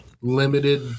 limited